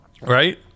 right